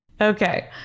Okay